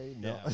No